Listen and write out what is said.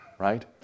Right